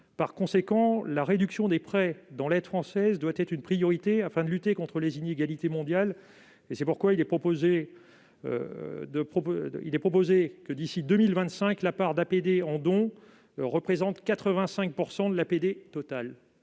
Par conséquent, la réduction des prêts dans l'aide française doit être une priorité, afin de lutter contre les inégalités mondiales. C'est pourquoi il est proposé que, d'ici à 2025, la part d'APD en dons représente 85 % de l'APD totale.